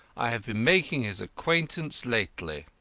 i have been making his acquaintance lately.